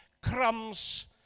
crumbs